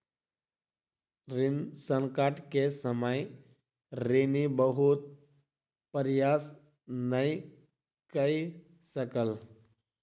ऋण संकट के समय ऋणी बहुत प्रयास नै कय सकल